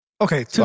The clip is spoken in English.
Okay